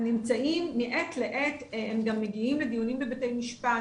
הם גם מגיעים לדיונים בבתי משפט.